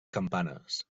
campanes